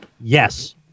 yes